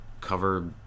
cover